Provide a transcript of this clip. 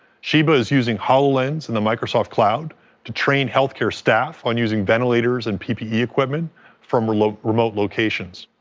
sheba is using hololens in the microsoft cloud to train healthcare staff on using ventilators and ppe equipment from remote remote locations.